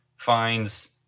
finds